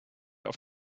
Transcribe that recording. auf